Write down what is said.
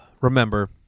Remember